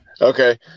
okay